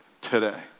today